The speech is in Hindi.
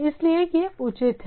इसलिए यह उचित है